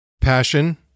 Passion